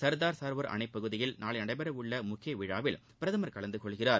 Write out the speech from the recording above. சர்தார் சரோவர் அணை பகுதியில் நாளை நடைபெற உள்ள முக்கிய விழாவில் பிரதமர் கலந்து கொள்கிறார்